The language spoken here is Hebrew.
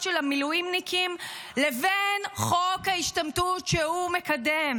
המילואימניקים לבין חוק ההשתמטות שהוא מקדם.